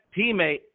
teammate